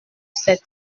sept